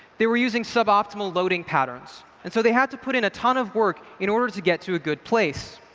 they were using suboptimal loading patterns. and so they had to put in a ton of work in order to get to a good place.